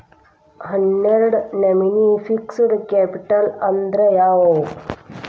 ಹನ್ನೆರ್ಡ್ ನಮ್ನಿ fixed capital ಅಂದ್ರ ಯಾವವ್ಯಾವು?